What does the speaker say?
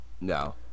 No